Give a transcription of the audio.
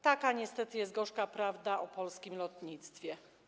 Taka niestety jest gorzka prawda o polskim lotnictwie.